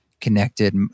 connected